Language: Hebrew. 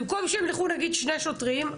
במקום שיילכו שני שוטרים,